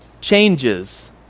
changes